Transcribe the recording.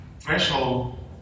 threshold